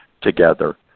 together